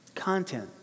content